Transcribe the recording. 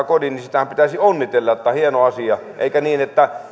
kodin niin siitähän pitäisi onnitella että hieno asia eikä niin että